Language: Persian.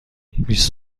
بیست